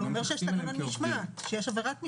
הוא אומר שיש תקנון משמעת, שיש עבירת משמעת.